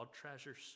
treasures